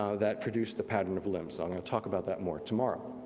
ah that produced the pattern of limbs, i'm going to talk about that more tomorrow.